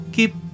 Keep